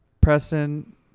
Preston